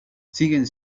siguen